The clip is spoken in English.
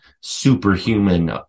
superhuman